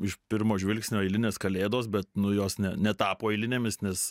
iš pirmo žvilgsnio eilinės kalėdos bet nu jos ne netapo eilinėmis nes